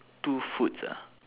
two foods ah